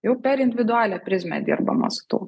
jau per individualią prizmę dirbama su tuo